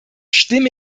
stimme